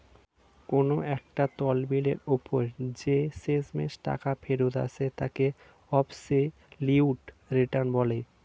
কোন একটা তহবিলের ওপর যে শেষমেষ টাকা ফেরত আসে তাকে অ্যাবসলিউট রিটার্ন বলে